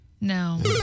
No